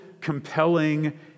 compelling